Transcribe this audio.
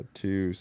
two